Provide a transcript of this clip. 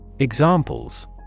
Examples